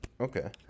Okay